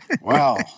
Wow